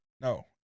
No